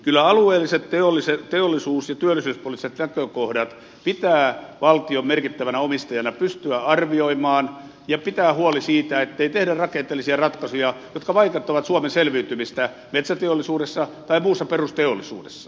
kyllä alueelliset teollisuus ja työllisyyspoliittiset näkökohdat pitää valtion merkittävänä omistajana pystyä arvioimaan ja pitämään huoli siitä ettei tehdä rakenteellisia ratkaisuja jotka vaikeuttavat suomen selviytymistä metsäteollisuudessa tai muussa perusteollisuudessa